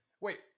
Wait